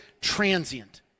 transient